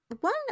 One